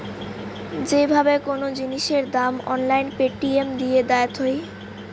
যে ভাবে কোন জিনিসের দাম অনলাইন পেটিএম দিয়ে দায়াত হই